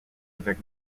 avec